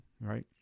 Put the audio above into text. right